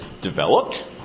developed